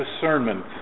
discernment